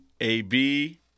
A-B